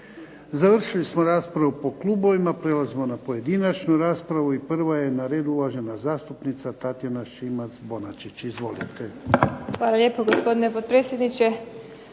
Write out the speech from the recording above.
Završili smo raspravu po klubovima, prelazimo na pojedinačnu raspravu i prva je na redu uvažena zastupnica Tatjana Šimac-Bonačić. Izvolite. **Šimac Bonačić, Tatjana